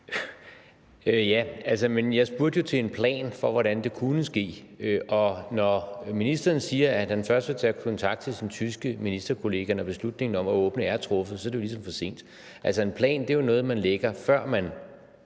(V): Men jeg spurgte jo til en plan for, hvordan det kunne ske. Og når ministeren siger, at han først vil tage kontakt til sin tyske ministerkollega, når beslutningen om at åbne er truffet, er det jo ligesom for sent. Altså, en plan er noget, man lægger, før man